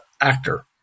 actor